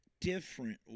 different